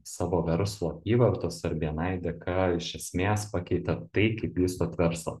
savo verslo apyvartos ar bni dėka iš esmės pakeitėt tai kaip jūs vat verslą